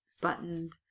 buttoned